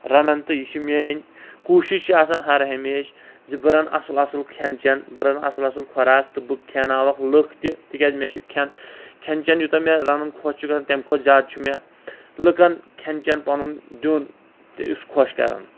رَنان تہٕ یہِ چھِ میٛٲنی کوٗشِش چھِ آسان ہر ہمیشہِ زِ بہِ رَنہٕ اَصٕل اَصٕل کھٮ۪ن چٮ۪ن بہٕ رَنہٕ اَصٕل اَصٕل خۅراک تہٕ بہٕ کھیٛاوناوٕکھ لُکھ تہِ تِکیٛاز مےٚ چھُ کھٮ۪ن کھٮ۪ن چٮ۪ن یوٗت ہا مےٚ رَنُن خوش چھُ گژھان تَمہِ کھۅتہٕ زیادٕ چھُ مےٚ لُکن کھٮ۪ن چٮ۪ن پَنُن دِیُن تہٕ یُوس خوش کَران